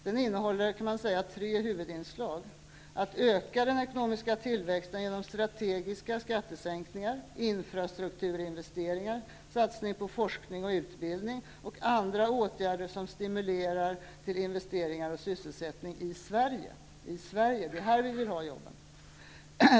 Man kan säga att den innehåller tre huvudinslag: Först gäller det att öka den ekonomiska tillväxten genom strategiska skattesänkningar, infrastrukturinvesteringar, satsning på forskning och utbildning samt andra åtgärder som stimulerar till investeringar och sysselsättning i Sverige. Det är ju här som vi vill ha jobben.